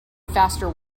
faster